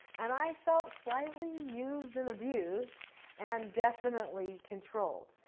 and i felt slightly used and abused and definitely controlled.